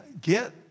Get